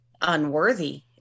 unworthy